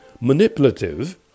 manipulative